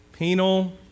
Penal